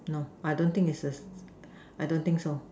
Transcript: I don't think is the I don't think so